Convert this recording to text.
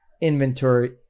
inventory